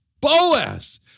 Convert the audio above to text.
Boaz